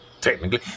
technically